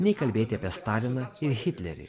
nei kalbėti apie staliną ir hitlerį